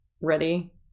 ready